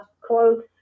close